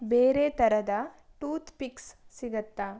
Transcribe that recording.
ಬೇರೆ ಥರದ ಟೂತ್ಪಿಕ್ಸ್ ಸಿಗುತ್ತಾ